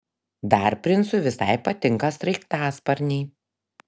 dar princui visai patinka sraigtasparniai